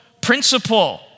principle